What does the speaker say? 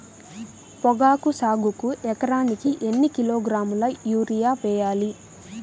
పొగాకు సాగుకు ఎకరానికి ఎన్ని కిలోగ్రాముల యూరియా వేయాలి?